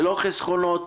ללא חסכונות,